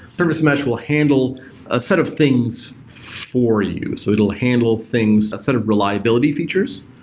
service mesh will handle a set of things for you. so it will handle things, a set of reliability features.